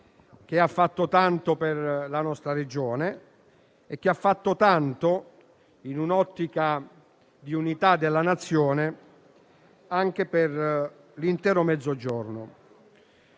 che ha fatto tanto per la nostra Regione e, in un'ottica di unità della Nazione, anche per l'intero Mezzogiorno.